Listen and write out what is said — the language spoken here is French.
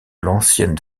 l’ancienne